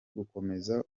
gukomeza